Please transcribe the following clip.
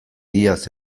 iaz